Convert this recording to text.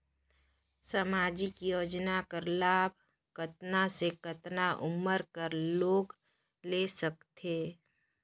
समाजिक योजना कर लाभ कतना से कतना उमर कर लोग ले सकथे?